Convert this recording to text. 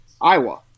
Iowa